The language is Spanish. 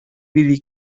billy